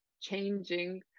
changing